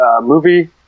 movie